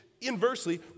Inversely